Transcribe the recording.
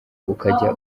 ukajya